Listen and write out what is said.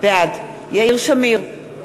בעד יאיר שמיר,